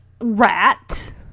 Rat